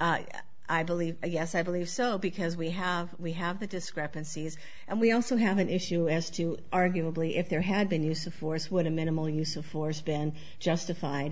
i believe yes i believe so because we have we have the discrepancies and we also have an issue as to arguably if there had been use of force when a minimal use of force been justified